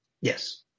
Yes